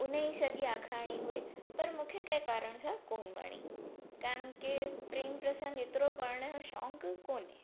उनजी सॼी आखाणी हुई पर मूंखे कंहिं कारण सां कोन्ह वणी कारण के प्रेम प्रसंग एतिरो पढ़ण जो शौक़ु कोन्हे